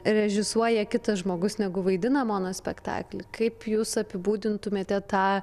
režisuoja kitas žmogus negu vaidina monospektaklį kaip jūs apibūdintumėte tą